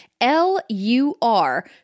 L-U-R